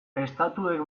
estatuek